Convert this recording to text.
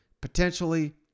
potentially